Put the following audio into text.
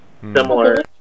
similar